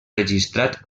registrat